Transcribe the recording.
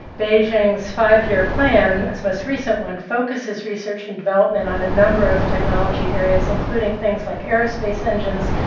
beijing's five-year plan its most recent one focuses research and development on a number of technology areas, including things like aerospace engines,